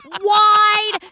wide